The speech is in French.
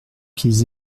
qu’ils